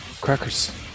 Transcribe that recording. Crackers